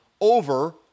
over